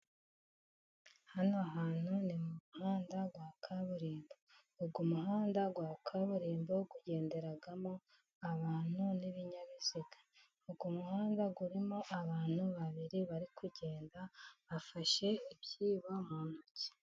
Hano hantu ni mu muhanda wa kaburimbo, uwo umuhanda wa kaburimbo ugenderamo abantu n' ibinyabiziga, uy' umuhanda urimo abantu babiri bari kugenda bafashe ibyibo mu ntoki.